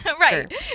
right